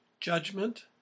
judgment